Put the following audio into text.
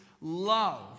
love